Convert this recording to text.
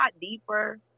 deeper